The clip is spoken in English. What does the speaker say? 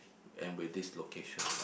and will this location